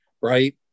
right